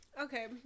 Okay